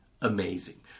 amazing